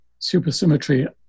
supersymmetry